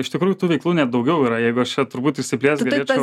iš tikrųjų tų veiklų net daugiau yra jeigu aš čia turbūt išsiplėst galėčiau